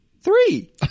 Three